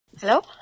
Hello